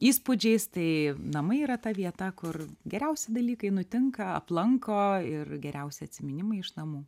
įspūdžiais tai namai yra ta vieta kur geriausi dalykai nutinka aplanko ir geriausi atsiminimai iš namų